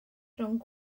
rhwng